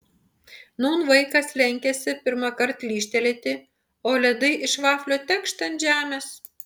nūn vaikas lenkiasi pirmąkart lyžtelėti o ledai iš vaflio tekšt ant žemės